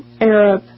Arab